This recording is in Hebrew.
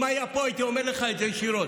אם היה פה הייתי אומר לך את זה ישירות.